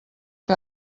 que